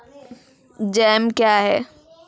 Jam क्या हैं?